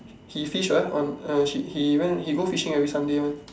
he fish what on uh he went he go fishing on every Sunday one